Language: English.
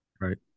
right